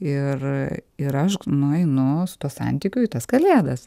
ir ir aš nueinu su tuo santykiu į tas kalėdas